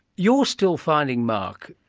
you're still finding, mark,